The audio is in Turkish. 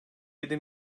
yedi